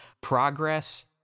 progress